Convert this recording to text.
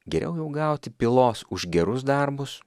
geriau jau gauti pylos už gerus darbus